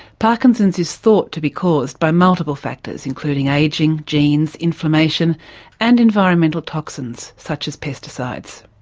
parkinson's is thought to be caused by multiple factors including ageing, genes, inflammation and environmental toxins such as pesticides.